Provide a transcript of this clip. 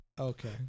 Okay